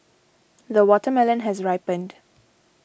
the watermelon has ripened